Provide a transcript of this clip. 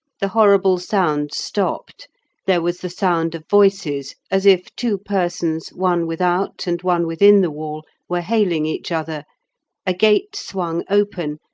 the horrible sounds stopped there was the sound of voices, as if two persons, one without and one within the wall, were hailing each other a gate swung open,